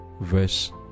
verse